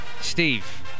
Steve